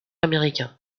américains